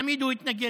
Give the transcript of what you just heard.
תמיד הוא התנגד.